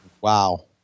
Wow